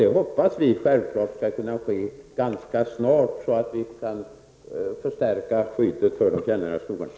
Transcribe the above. Det hoppas vi självklart skall kunna ske ganska snart, så att vi kan förstärka skyddet för de fjällnära skogarna.